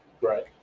Right